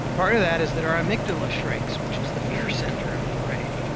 part of that is that our amygdala shrinks, which is the fear centre of the brain.